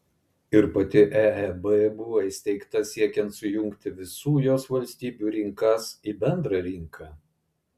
ir pati eeb buvo įsteigta siekiant sujungti visų jos valstybių rinkas į bendrą rinką